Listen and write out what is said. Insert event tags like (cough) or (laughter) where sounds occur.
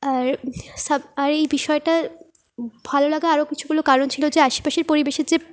আর (unintelligible) আর এই বিষয়টা ভালো লাগার আরও কিছুগুলো কারণ ছিলো আশেপাশের পরিবেশে যে